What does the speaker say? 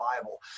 bible